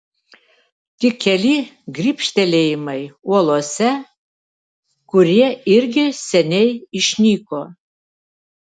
tik keli grybštelėjimai uolose kurie irgi seniai išnyko